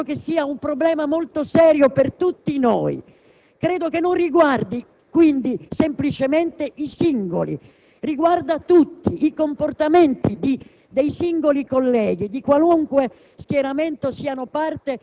appunto, la bruttezza di ciò che noi rappresentiamo. Credo che sia un problema molto serio per tutti noi. Ritengo che non riguardi, quindi, semplicemente i singoli: riguarda tutti i comportamenti dei